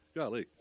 Golly